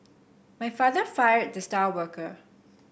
my father fired the star worker